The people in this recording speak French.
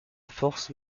force